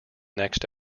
next